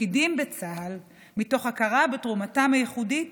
בתפקידים בצה"ל, מתוך הכרה בתרומתם הייחודית